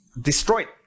destroyed